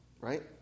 Right